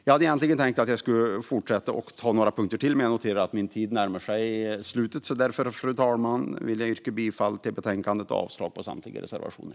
Jag hade egentligen tänkt fortsätta med några punkter till, men jag noterar att min tid närmar sig slutet. Därför, fru talman, vill jag yrka bifall till förslaget i betänkandet och avslag på samtliga reservationer.